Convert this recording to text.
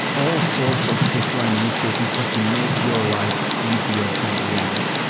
all sorts of different use cases just to make your life easier in the end.